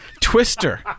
twister